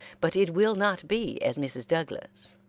but it will not be as mrs. douglas.